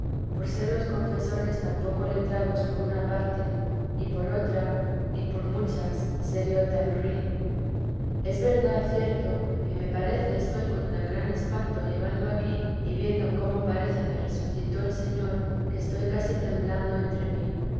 por ser los confesores tan poco letrados por una parte y por otra y por muchas ser yo tan ruin es verdad cierto que me parece estoy con tan gran espanto llegando aquí y viendo cómo parece me resucitó el señor que estoy casi temblando entre mí